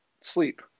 sleep